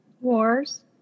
Wars